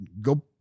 go